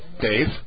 Dave